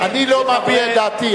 אני לא מביע את דעתי,